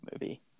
movie